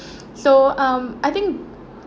so um I think